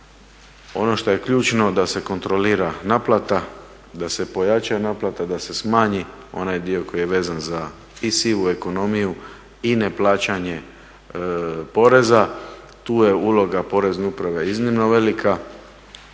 Ono što je ključno da se kontrolira naplata, da se pojača naplata, da se smanji onaj dio koji je vezan i sivu ekonomiju i neplaćanje poreza. Tu je uloga Porezne uprave iznimno velika.